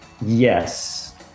Yes